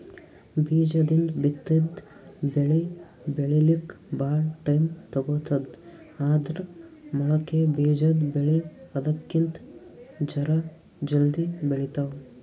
ಬೀಜದಿಂದ್ ಬಿತ್ತಿದ್ ಬೆಳಿ ಬೆಳಿಲಿಕ್ಕ್ ಭಾಳ್ ಟೈಮ್ ತಗೋತದ್ ಆದ್ರ್ ಮೊಳಕೆ ಬಿಜಾದ್ ಬೆಳಿ ಅದಕ್ಕಿಂತ್ ಜರ ಜಲ್ದಿ ಬೆಳಿತಾವ್